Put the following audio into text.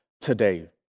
today